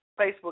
Facebook